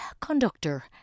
conductor